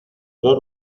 dos